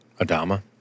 Adama